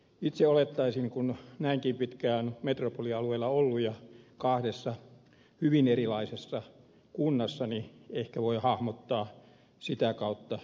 itse olettaisin kun näinkin pitkään olen metropolialueella ollut ja kahdessa hyvin erilaisessa kunnassa että ehkä voin hahmottaa sitä kautta myös kokonaisuutta